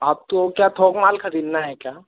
आप तो क्या थोक माल खरीदना है क्या